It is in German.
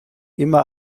immer